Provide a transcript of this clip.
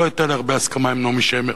לא היתה לי הרבה הסכמה עם נעמי שמר